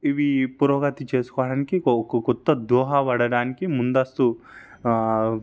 ఇవి పురోగతి చేసుకోవడానికి ఒక కొత్త దోహా పడడానికి ముందస్తు